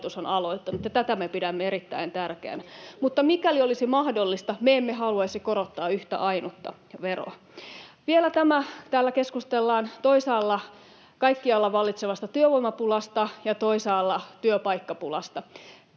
Tätä me pidämme erittäin tärkeänä. Mutta mikäli olisi mahdollista, me emme haluaisi korottaa yhtä ainutta veroa. Vielä tämä: Täällä keskustellaan toisaalla kaikkialla vallitsevasta työvoimapulasta ja toisaalla työpaikkapulasta,